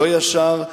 לא ישר,